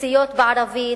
בסיסיות בערבית,